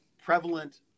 prevalent